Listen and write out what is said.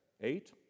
eight